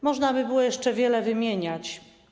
Można by było jeszcze wiele wymieniać.